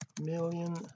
million